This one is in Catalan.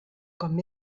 com